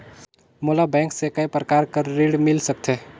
मोला बैंक से काय प्रकार कर ऋण मिल सकथे?